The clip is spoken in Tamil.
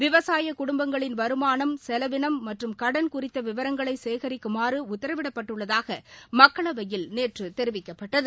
விவசாய குடுப்புங்களின் வருமானம் செலவினம் மற்றும் கடன் குறித்த விவரங்களை சேகிக்குமாறு உத்தரவிடப்பட்டுள்ளதாக மக்களவையில் நேற்று தெரிவிக்கப்பட்டது